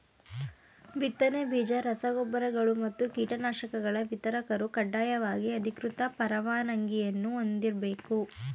ಬಿತ್ತನೆ ಬೀಜ ರಸ ಗೊಬ್ಬರಗಳು ಮತ್ತು ಕೀಟನಾಶಕಗಳ ವಿತರಕರು ಕಡ್ಡಾಯವಾಗಿ ಅಧಿಕೃತ ಪರವಾನಗಿಯನ್ನೂ ಹೊಂದಿರ್ಬೇಕು